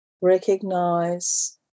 recognize